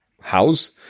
house